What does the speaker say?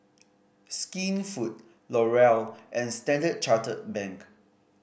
Skinfood L'Oreal and Standard Chartered Bank